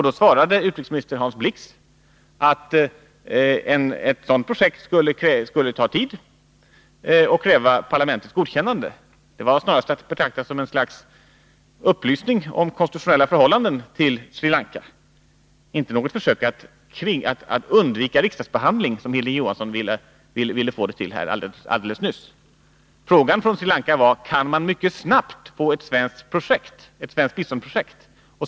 Då svarade utrikesminister Hans Blix att ett sådant projekt skulle ta tid och kräva parlamentets godkännande. Detta var snarast att betrakta som en upplysning till Sri Lanka om konstitutionella förhållanden i Sverige, inte som ett försök att undvika riksdagsbehandling, som Hilding Johansson alldeles nyss ville få det till. Frågan från Sri Lanka var: Kan vi mycket snabbt få ett svenskt biståndsprojekt?